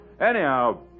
Anyhow